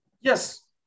Yes